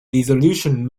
resolution